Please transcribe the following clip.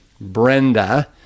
Brenda